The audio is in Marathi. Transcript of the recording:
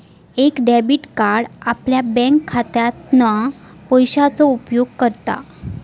एक डेबिट कार्ड आपल्या बँकखात्यातना पैशाचो उपयोग करता